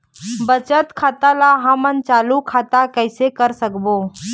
बचत खाता ला हमन चालू खाता कइसे कर सकबो?